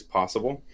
possible